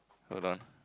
hold on